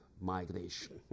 migration